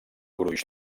gruix